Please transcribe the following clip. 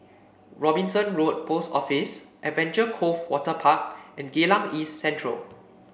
Robinson Road Post Office Adventure Cove Waterpark and Geylang East Central